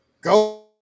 Go